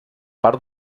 part